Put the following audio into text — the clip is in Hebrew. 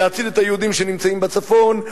להציל את היהודים שנמצאים בצפון,